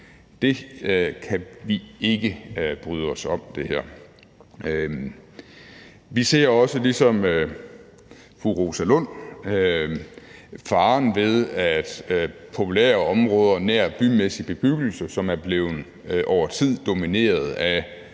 Det bryder vi os ikke om. Vi ser også ligesom fru Rosa Lund faren ved, at populære områder nær bymæssig bebyggelse, som over tid er blevet domineret af